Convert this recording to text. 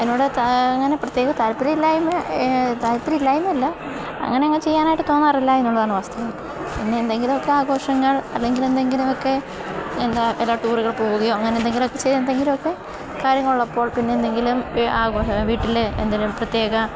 എന്നോട് താ അങ്ങനെ പ്രത്യേക താല്പര്യം ഇല്ലായ്മ താല്പര്യം ഇല്ലായ്മയല്ല അങ്ങനെയങ്ങ് ചെയ്യാനായിട്ട് തോന്നാറില്ല എന്നുള്ളതാണ് വസ്തുത പിന്നെ എന്തെങ്കിലും ഒക്കെ ആഘോഷങ്ങൾ അല്ലെങ്കിൽ എന്തെങ്കിലുമൊക്കെ എന്താ വല്ല ടൂറുകൾ പോകുകയോ അങ്ങനെ എന്തെങ്കിലുമൊക്കെ ചെയ്യുക എന്തെങ്കിലുമൊക്കെ കാര്യങ്ങളുള്ളപ്പോൾ പിന്നെ എന്തെങ്കിലും വീട്ടിൽ എന്തെങ്കിലും പ്രത്യേക